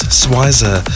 swizer